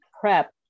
prep